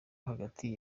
hagati